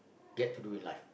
get to do in life